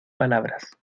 palabras